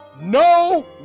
No